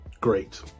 great